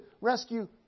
rescue